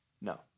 No